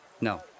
No